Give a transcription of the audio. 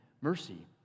mercy